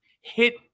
hit